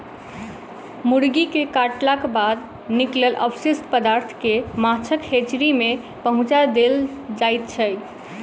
मुर्गी के काटलाक बाद निकलल अवशिष्ट पदार्थ के माछक हेचरी मे पहुँचा देल जाइत छै